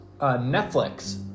Netflix